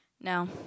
no